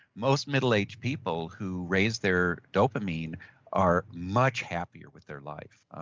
most middle aged people who raise their dopamine are much happier with their lives.